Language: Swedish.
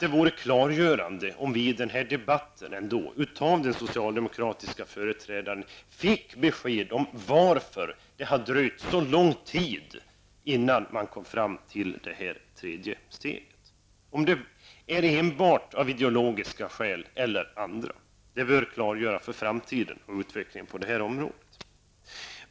Det vore klargörande om vi i den här debatten fick ett besked från den socialdemokratiske företrädaren om varför det har dröjt så länge innan man kom fram till det tredje steget. Är det enbart av ideologiska skäl? Det bör klargöras för den framtida utvecklingen på det här området.